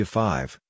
five